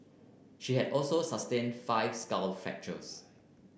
she had also sustained five skull fractures